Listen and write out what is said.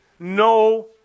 No